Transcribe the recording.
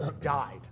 died